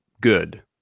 good